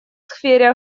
сфере